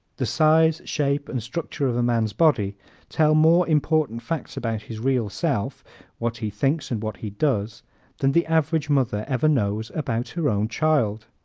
the size, shape and structure of a man's body tell more important facts about his real self what he thinks and what he does than the average mother ever knows about her own child.